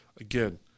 again